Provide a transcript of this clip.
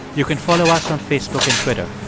you can follow us on facebook and twitter.